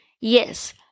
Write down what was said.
Yes